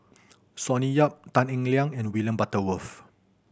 Sonny Yap Tan Eng Liang and William Butterworth